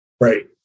Right